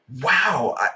wow